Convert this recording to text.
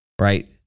Right